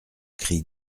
cri